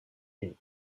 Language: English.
eat